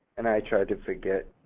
and i tried to forget.